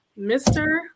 Mr